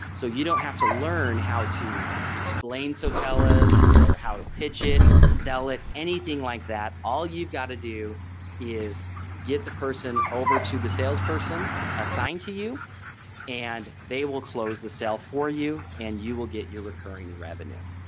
so you don't have to learn how to explain. sotellus or how to pitch it sell it anything like that. all you've got to do is get the person over to the salesperson assigned to you and they will close the sale for you and you will get your recurring revenue.